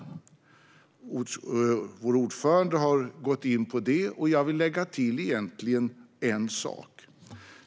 Vår ordförande har gått in på det, och jag vill lägga till en sak.